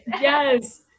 Yes